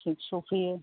सफैयो